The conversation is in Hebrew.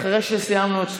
אחרי שסיימנו את